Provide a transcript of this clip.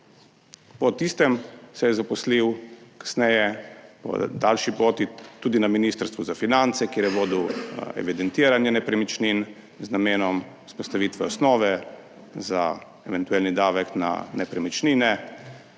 Po tistem se je zaposlil kasneje po daljši poti tudi na Ministrstvu za finance, kjer je vodil evidentiranje nepremičnin z namenom vzpostavitve osnove za eventualni davek na nepremičnine.